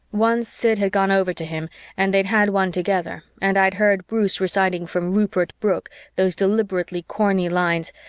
once sid had gone over to him and they'd had one together and i'd heard bruce reciting from rupert brooke those deliberately corny lines,